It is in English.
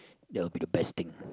that will be the best thing